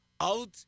out